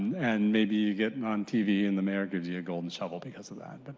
and maybe you get on tv and the mayor gives you a golden shovel because of that. but